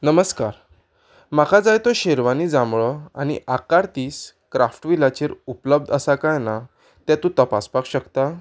नमस्कार म्हाका जाय तो शेरवानी जांबळो आनी आकार तीस क्राफ्टविलाचेर उपलब्ध आसा काय ना तें तूं तपासपाक शकता